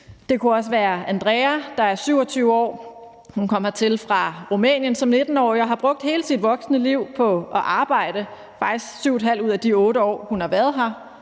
Det kunne også være Andrea, der er 27 år. Hun kom hertil fra Rumænien som 19-årig og har brugt hele sit voksne liv på at arbejde, faktisk 7½ år ud af de 8 år, hun har været her.